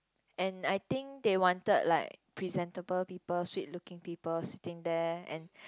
and I think they wanted like presentable people sweet looking people sitting there and